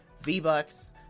V-Bucks